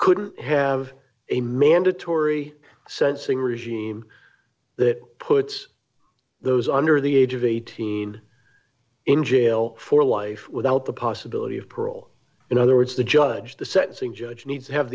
couldn't have a mandatory sentencing regime that puts those under the age of eighteen in jail for life without the possibility of parole in other words the judge the sentencing judge needs to have